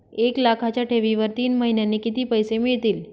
एक लाखाच्या ठेवीवर तीन महिन्यांनी किती पैसे मिळतील?